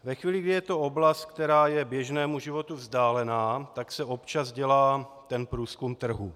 Ve chvíli, kdy je to oblast, která je běžnému životu vzdálená, tak se občas dělá průzkum trhu.